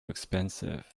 expensive